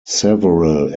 several